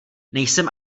nejsem